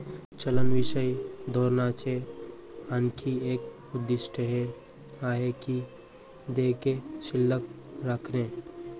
चलनविषयक धोरणाचे आणखी एक उद्दिष्ट हे आहे की देयके शिल्लक राखणे